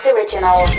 Original